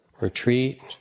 retreat